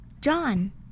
john